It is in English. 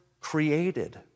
created